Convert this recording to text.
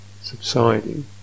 subsiding